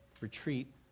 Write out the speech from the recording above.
retreat